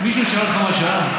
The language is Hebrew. מישהו שאל אותך מה השעה?